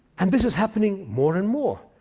and this is happening more and more.